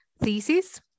thesis